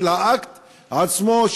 של האקט עצמו,